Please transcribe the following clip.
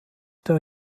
der